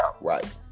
Right